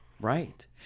Right